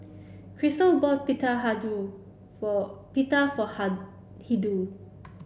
Crysta bought Pita for Pita for Hildur